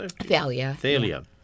Thalia